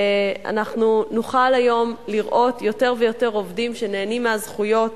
אנחנו נוכל היום לראות יותר ויותר עובדים שנהנים מהזכויות